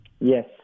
Yes